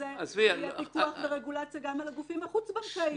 לזה שיהיה פיקוח ורגולציה גם על הגופים החוץ-בנקאיים.